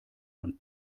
und